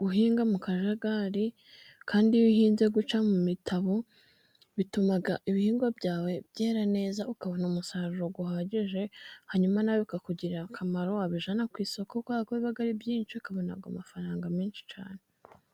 guhinga mu kajagari. Kandi iyo uhinze gutya mu mitabo bituma ibihingwa byawe byera neza ukabona umusaruro uhagije. Hanyuma nawe bikakugirira akamaro, wabijyana ku isoko, kuko biba ari byinshi, ukabona amafaranga menshi cyane.